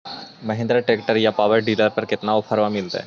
Mahindra tractor या power dealer पर कितना ओफर मीलेतय?